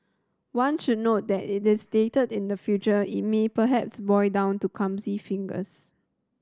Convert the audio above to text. one should note that it is dated in the future me perhaps boil down to clumsy fingers